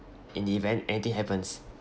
in the event anything happens